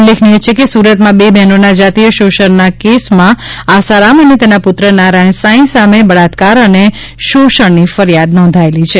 ઉલ્લેખનીય છે કે સૂરતમાં બે બહેનોનાં જાતીય શોષણના કેસમાં આસારામ અને તેના પુત્ર નારાયણ સાંઇ સામે બળાત્કરા અને શોષણની ફરીયાદ નોંધાયેલી છે